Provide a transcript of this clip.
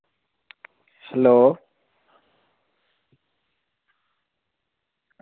hello